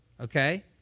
Okay